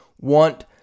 want